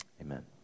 Amen